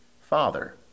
Father